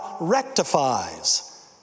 rectifies